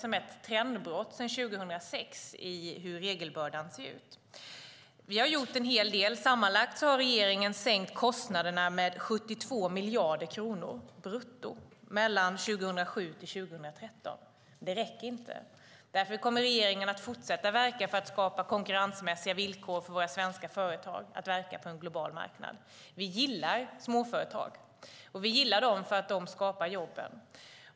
Det är ett trendbrott sedan 2006 i hur regelbördan ser ut. Vi har gjort en hel del. Sammanlagt har regeringen sänkt kostnaderna med 72 miljarder kronor brutto mellan 2007 och 2013. Det räcker inte. Därför kommer regeringen att fortsätta att verka för att skapa konkurrensmässiga villkor för våra svenska företag att verka på en global marknad. Vi gillar småföretag eftersom de skapar jobben.